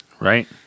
Right